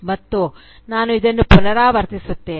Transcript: ಮತ್ತು ನಾನು ಇದನ್ನು ಪುನರಾವರ್ತಿಸುತ್ತೇನೆ